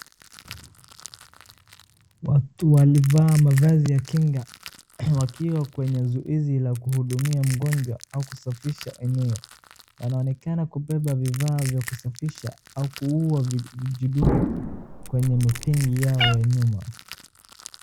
Watu walivaa mavazi ya kinga wakiwa kwenye zoezi la kuhudumia mgonjwa au kusafisha eneo. Wanaonekana kubeba vifaa vya kusafisha au kuua vijidudu kwenye mabegi yao ya nyuma.